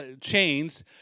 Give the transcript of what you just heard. chains